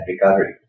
recovery